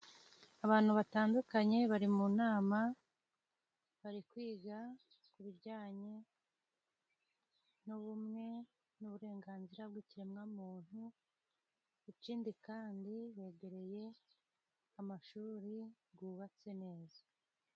Abantu batandukanye bari mu nama bari kwiga ku bijyanye n'ubumwe n'uburenganzira bw'ikiremwamuntu, ikindi kandi begereye amashuri gubatse neza.